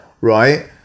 right